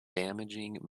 damaging